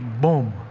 boom